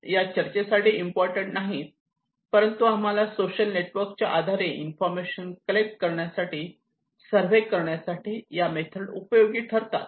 या चर्चेसाठी इम्पॉर्टंट नाहीत परंतु आम्हाला सोशल नेटवर्कच्या आधारे इन्फॉर्मेशन कलेक्ट करण्यासाठी सर्वे करण्यासाठी या मेथड उपयोगी ठरतात